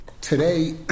today